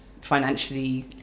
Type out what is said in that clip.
financially